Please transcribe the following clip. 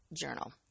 journal